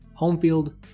Homefield